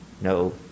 no